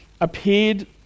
appeared